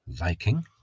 liking